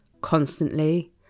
Constantly